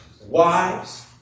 wives